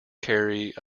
carry